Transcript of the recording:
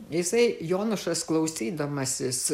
jisai jonušas klausydamasis